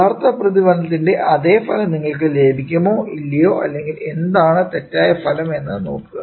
യഥാർത്ഥ പ്രതിഫലത്തിന്റെ അതേ ഫലം നിങ്ങൾക്ക് ലഭിക്കുമോ ഇല്ലയോ അല്ലെങ്കിൽ എന്താണ് തെറ്റായ ഫലം എന്ന് നോക്കുക